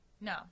No